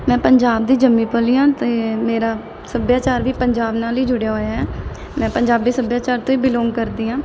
ਮੈਂ ਪੰਜਾਬ ਦੀ ਜੰਮੀ ਪਲੀ ਹਾਂ ਅਤੇ ਮੇਰਾ ਸੱਭਿਆਚਾਰ ਵੀ ਪੰਜਾਬ ਨਾਲ ਹੀ ਜੁੜਿਆ ਹੋਇਆ ਹੈ ਮੈਂ ਪੰਜਾਬੀ ਸੱਭਿਆਚਾਰ ਤੋਂ ਹੀ ਬਿਲੋਂਗ ਕਰਦੀ ਹਾਂ